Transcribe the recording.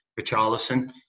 Richarlison